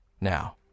Now